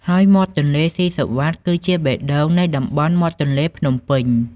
ហើយមាត់ទន្លេសុីសុវត្ថិ គឺជាបេះដូងនៃតំបន់មាត់ទន្លេភ្នំពេញ។